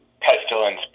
pestilence